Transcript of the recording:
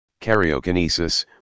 karyokinesis